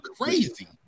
crazy